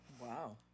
Wow